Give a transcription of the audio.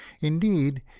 indeed